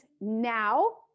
now